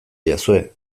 didazue